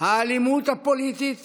האלימות הפוליטית